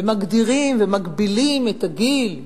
ומגדירים ומגבילים את הגיל.